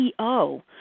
CEO